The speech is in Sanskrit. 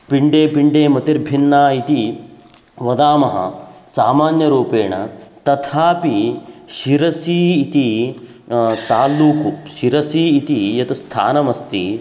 पिण्डे पिण्डे मतिर्भिन्ना इति वदामः सामान्यरूपेण तथापि शिरसि इति तालूकु शिरसि इति यत् स्थानमस्ति